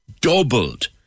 doubled